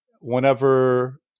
whenever